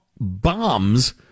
bombs